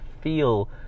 feel